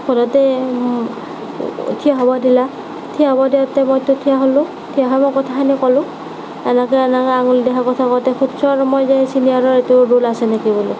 ভয়তে থিয় হ'ব দিলাক থিয় হ'ব দিওঁতে মইতো থিয় হ'লোঁ থিয় হৈ মই কথাখিনি ক'লোঁ এনেকে এনেকে আঙুলি দেখাই কথা কওঁতে সোধছোঁ আৰু মই যে ছিনিয়ৰৰ এইটো ৰোল আছে নেকি বুলি